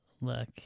look